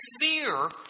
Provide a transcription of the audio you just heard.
fear